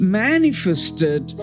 manifested